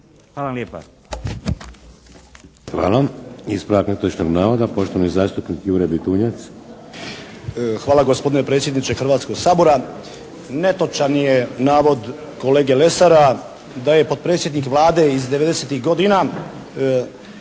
Vladimir (HDZ)** Hvala. Ispravak netočnog navoda, poštovani zastupnik Jure Bitunjac. **Bitunjac, Jure (HDZ)** Hvala gospodine predsjedniče Hrvatskog sabora. Netočan je navod kolege Lesara da je potpredsjednik Vlade iz '90.-tih godina